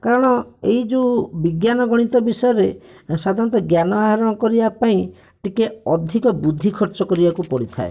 କାରଣ ଏଇ ଯୋଉ ବିଜ୍ଞାନ ଗଣିତ ବିଷୟରେ ଏଁ ସାଧାରଣତଃ ଜ୍ଞାନ ଆହରଣ କରିବାପାଇଁ ଟିକିଏ ଅଧିକ ବୁଦ୍ଧି ଖର୍ଚ୍ଚ କରିବାକୁ ପଡ଼ିଥାଏ